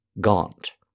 gaunt